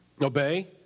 Obey